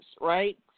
right